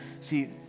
See